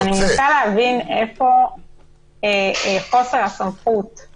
אני רוצה להבין איפה חוסר הסמכות או בעיה.